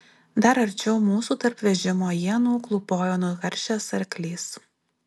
dar arčiau mūsų tarp vežimo ienų klūpojo nukaršęs arklys